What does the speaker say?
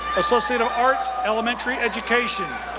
associate of arts, elementary education.